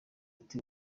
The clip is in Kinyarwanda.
ati